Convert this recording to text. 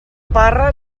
parra